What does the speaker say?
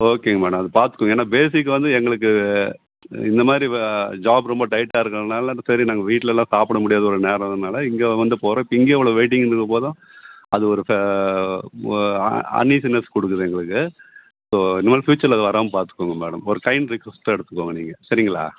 ஓகேங்க மேடம் அது பார்த்துக்கோங்க ஏன்னால் பேசிக் வந்து எங்களுக்கு இந்த மாதிரி ஜாப் ரொம்ப டைட்டாக இருக்கிறதுனால சரி நாங்கள் வீட்லெலாம் சாப்பிட முடியாது ஒரு நேரம்னால் இங்கே வந்து போகிறோம் இப்போ இங்கேயும் இவ்வளோ வெயிட்டிங் இருக்கும் போதும் அது ஒரு அனீசினஸ் கொடுக்குது எங்களுக்கு ஸோ இந்தமாதிரி ஃப்யூச்சரில் வராமல் பார்த்துக்கோங்க மேடம் ஒரு கைண்ட் ரிக்குவஸ்ட்டாக எடுத்துக்கோங்க நீங்கள் சரிங்களா